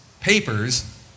Papers